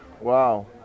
Wow